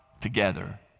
together